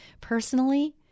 Personally